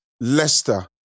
Leicester